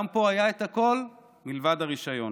גם פה היה הכול מלבד הרישיון.